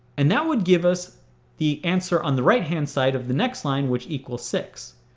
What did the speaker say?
and that would give us the answer on the right-hand side of the next line which equals six.